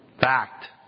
Fact